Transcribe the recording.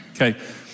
Okay